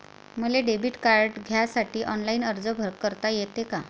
मले debit card घ्यासाठी online अर्ज करता येते का?